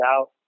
out